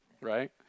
right